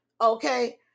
okay